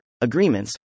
agreements